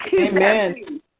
Amen